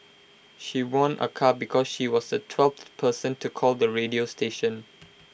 she won A car because she was the twelfth person to call the radio station